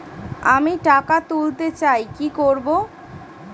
আমি টাকা তুলতে চাই কি করব?